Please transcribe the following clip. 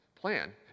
plan